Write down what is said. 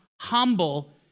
humble